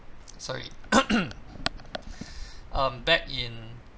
sorry um back in